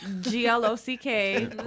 G-L-O-C-K